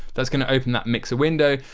that's going to open that mixer window,